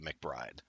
McBride